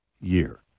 year